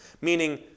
meaning